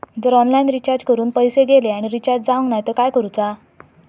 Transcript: जर online recharge करून पैसे गेले आणि रिचार्ज जावक नाय तर काय करूचा?